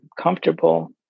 comfortable